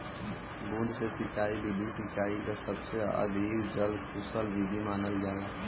बूंद से सिंचाई विधि सिंचाई क सबसे अधिक जल कुसल विधि मानल जाला